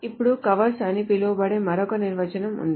అప్పుడు కవర్స్ అని పిలువబడే మరొక నిర్వచనం ఉంది